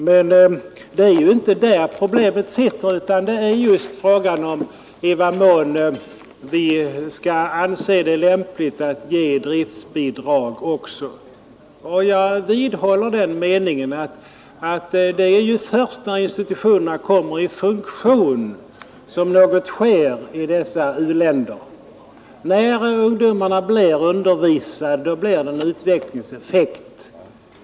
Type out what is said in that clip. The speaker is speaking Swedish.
Men det är inte där problemet ligger, utan frågan är i vad mån vi skall anse det lämpligt att också ge driftbidrag. Jag vidhåller den meningen att först när institutionerna kommer i funktion kan någon utveckling i u-länderna ske. När ungdomarna får undervisning, uppstår en utvecklingseffekt osv.